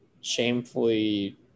shamefully